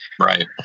Right